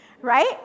right